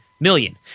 million